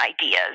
ideas